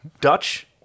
Dutch